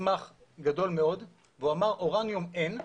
מסמך גדול מאוד והוא אמר שאורניום אין,